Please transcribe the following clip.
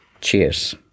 cheers